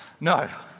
No